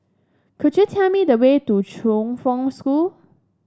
could you tell me the way to Chongfen School